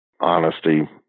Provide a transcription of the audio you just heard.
Honesty